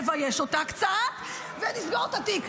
נבייש אותה קצת ונסגור את התיק.